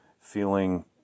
feeling